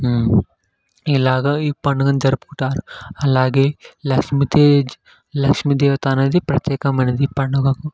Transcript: ఇలాగ ఈ పండుగను జరుపుకుంటారు అలాగే లక్ష్మి తేజ్ లక్ష్మి దేవత అనేది ప్రత్యేకమైనది ఈ పండుగకు